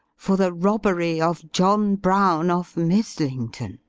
for the robbery of john brown, of mizzlington